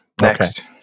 next